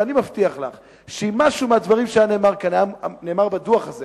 ואני מבטיח לך שאם משהו מהדברים שנאמר בדוח הזה